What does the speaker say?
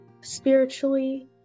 spiritually